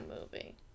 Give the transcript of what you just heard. movie